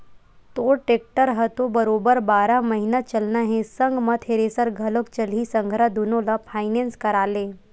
तोर टेक्टर ह तो बरोबर बारह महिना चलना हे संग म थेरेसर घलोक चलही संघरा दुनो ल फायनेंस करा ले